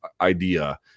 idea